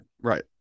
Right